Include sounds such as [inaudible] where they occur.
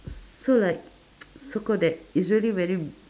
so like [noise] so called that it's really very